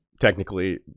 technically